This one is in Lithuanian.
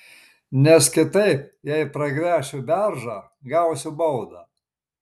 nes kitaip jei pragręšiu beržą gausiu baudą